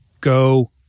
Go